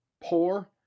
poor